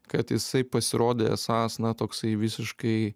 kad jisai pasirodė esąs na toksai visiškai